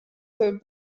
were